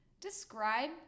describe